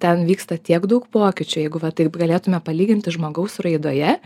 ten vyksta tiek daug pokyčių jeigu va taip galėtume palyginti žmogaus raidoje